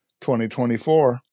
2024